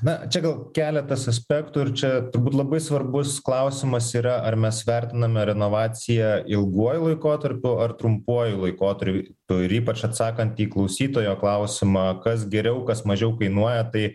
na čia gal keletas aspektų ir čia turbūt labai svarbus klausimas yra ar mes vertiname renovaciją ilguoju laikotarpiu ar trumpuoju laikotarpiu ir ypač atsakant į klausytojo klausimą kas geriau kas mažiau kainuoja tai